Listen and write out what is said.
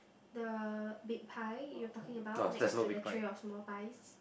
the big pie you are talking about next to the tray of small pies